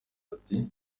ati